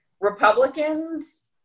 Republicans